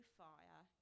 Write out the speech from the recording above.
fire